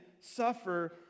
suffer